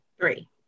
Three